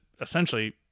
essentially